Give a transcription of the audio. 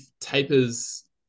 tapers